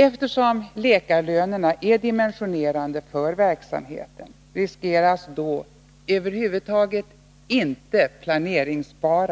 Eftersom läkarlöneanslaget är dimensionerande för verksamheten, riskeras då ytterligare nedskärningar av vården, men av icke planeringsbart